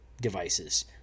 devices